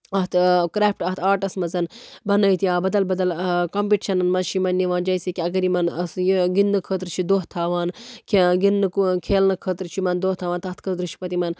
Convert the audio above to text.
اَتھ کرافٹ اَتھ آرٹَس منٛز بَنٲیِتھ یا بدَل بَدل کَمپیٚٹِشَنن منٛز چھِ یِمن نِوان جیسے کہِ اَگر یِمن ٲسۍ گِنٛدنہٕ خٲطرٕ چھُ دۄہ تھاوان کھیہ گِنٛدنہٕ کھیلنہٕ خٲطرٕ چھُ یِمن دۄہ تھاوان تَتھ خٲطرٕ چھُ پَتہٕ یِمن